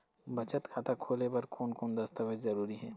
बचत खाता खोले बर कोन कोन दस्तावेज जरूरी हे?